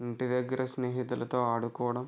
ఇంటి దగ్గర స్నేహితులతో ఆడుకోవడం